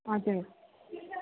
हजुर